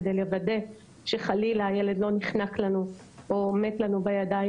כדי לוודא שחלילה הילד לא נחנק לנו או מת לנו בידיים,